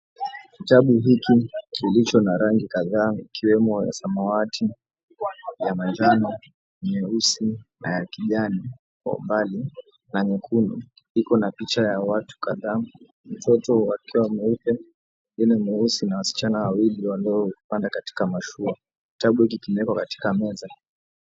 Kitabu hiki kilicho na rangi kadhaa ikiwemo ya samawati, ya manjano, nyeusi, na ya kijani kwa umbali na nyekundu iko na picha ya watu kadhaa watoto wakiwa weupe wengine weusi na wasichana wawili walioko katika mashua kitabu hiki kimewekwa katika meza.